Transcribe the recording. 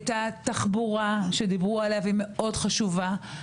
את התחבורה שדיברו עליה והיא חשובה מאוד.